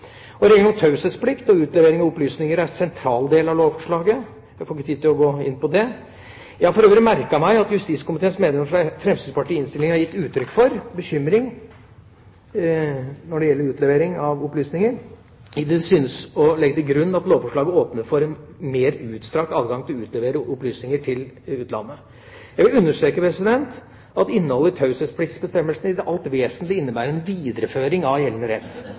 om taushetsplikt og utlevering av opplysninger er en sentral del av lovforslaget. Jeg får ikke tid til å gå inn på det. Jeg har for øvrig merket meg at justiskomiteens medlemmer fra Fremskrittspartiet i innstillingen har gitt uttrykk for bekymring når det gjelder utlevering av opplysninger, idet de synes å legge til grunn at lovforslaget åpner for en mer utstrakt adgang til å utlevere opplysninger til utlandet. Jeg vil understreke at innholdet i taushetspliktsbestemmelsene i det alt vesentlige innebærer en videreføring av gjeldende rett.